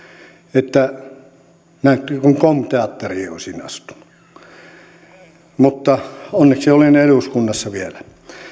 että kuin kom teatteriin olisin astunut mutta onneksi olen eduskunnassa vielä